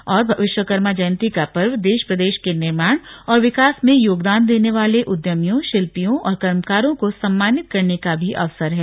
उन्होंने कहा कि विश्वकर्मा जयंती का पर्व देश प्रदेश के निर्माण और विकास में योगदान देने वाले उद्यमियों शिल्पियों और कर्मकारों को सम्मानित करने का भी अवसर है